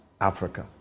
Africa